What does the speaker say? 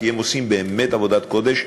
כי הם עושים באמת עבודת קודש,